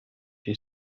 die